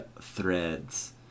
threads